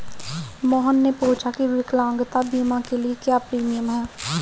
मोहन ने पूछा की विकलांगता बीमा के लिए क्या प्रीमियम है?